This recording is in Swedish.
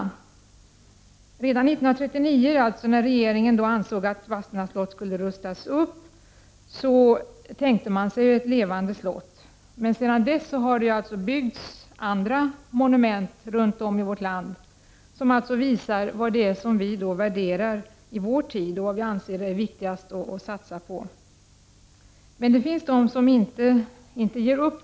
1939 ansåg alltså regeringen att Vadstena slott skulle rustas upp. Man tänkte sig ett mer levande slott. Sedan dess har andra ”monument” byggts runt om i vårt land. Detta visar vad vi värderar i vår tid och vad vi anser vara viktigast att satsa på. Det finns trots detta de som inte ger upp.